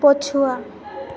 ପଛୁଆ